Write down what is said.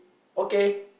okay